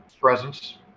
presence